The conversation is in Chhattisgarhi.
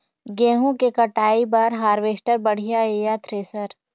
गेहूं के कटाई बर हारवेस्टर बढ़िया ये या थ्रेसर?